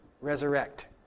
resurrect